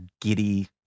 giddy